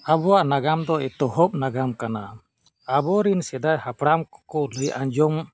ᱟᱵᱚᱣᱟᱜ ᱱᱟᱜᱟᱢ ᱫᱚ ᱮᱛᱚᱦᱚᱵ ᱱᱟᱜᱟᱢ ᱠᱟᱱᱟ ᱟᱵᱚᱨᱮᱱ ᱥᱮᱫᱟᱭ ᱦᱟᱯᱲᱟᱢ ᱠᱚᱠᱚ ᱞᱟᱹᱭ ᱟᱸᱡᱚᱢ